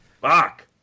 fuck